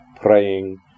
praying